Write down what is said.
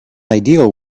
ideal